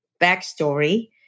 backstory